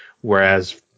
Whereas